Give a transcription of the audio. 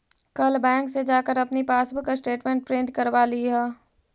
कल बैंक से जाकर अपनी पासबुक स्टेटमेंट प्रिन्ट करवा लियह